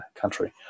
country